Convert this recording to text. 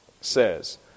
says